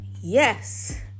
yes